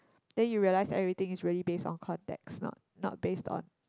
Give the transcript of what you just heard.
then your realise everything is really based on context not not based on